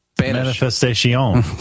Manifestation